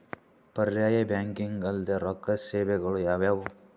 ಪರ್ಯಾಯ ಬ್ಯಾಂಕಿಂಗ್ ಅಲ್ದೇ ರೊಕ್ಕ ಸೇವೆಗಳು ಯಾವ್ಯಾವು?